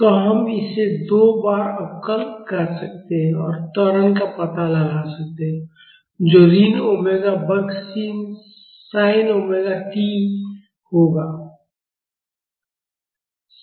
तो हम इसे दो बार अवकल कर सकते हैं और त्वरण का पता लगा सकते हैं जो ऋण ओमेगा वर्ग C sin omega t C sin ωt होगा